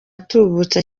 atubutse